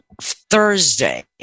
Thursday